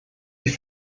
die